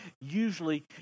Usually